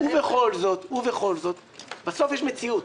ובכל זאת, בסוף יש מציאות.